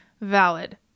valid